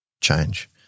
change